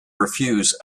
refuse